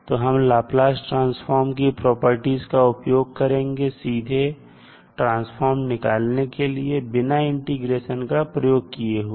तो हम Laplace transform की प्रॉपर्टीज का उपयोग करेंगे सीधे ट्रांसफॉर्म निकालने के लिए बिना इंटीग्रेशन का प्रयोग किए हुए